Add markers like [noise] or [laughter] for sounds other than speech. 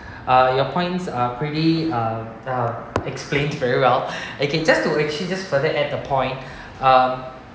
uh your points are pretty uh are explained very well [breath] okay just to actually just further add the point uh